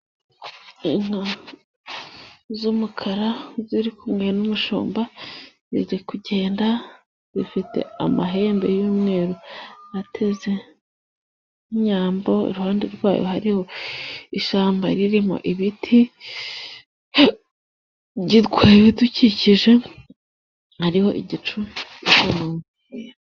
Inka z'umukara ziri kumwe n'umushumba, ziri kugenda zifite amahembe y'umweru ateze nk'inyambo. Iruhande rwayo hariho ishyamba ririmo ibiti byitwa ibidukikije hariho igicu .